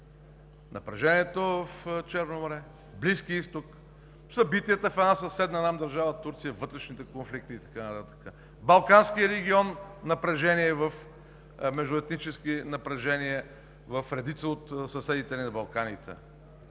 напрежението в Черно море, Близкия Изток, събитията в една съседна нам държава – Турция, вътрешните конфликти и така нататък; Балканският регион – междуетнически напрежения в редица от съседите ни на Балканите.